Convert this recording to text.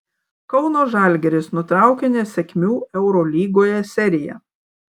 kauno žalgiris nutraukė nesėkmių eurolygoje seriją